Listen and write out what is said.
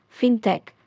fintech